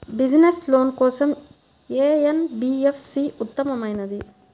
Business loan కోసం ఏ NBFC ఉత్తమమైనది?